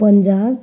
Punjab